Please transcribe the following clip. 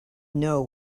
know